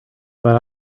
but